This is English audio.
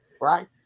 right